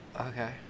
okay